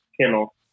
Kennel